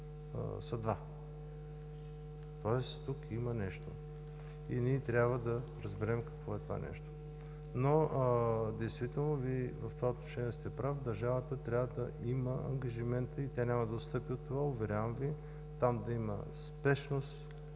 са два, тоест тук има нещо и ние трябва да разберем какво е това нещо. Действително Вие в това отношение сте прав, държавата трябва да има ангажимента – и тя няма да отстъпи от това, уверявам Ви, там да има спешност